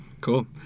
Cool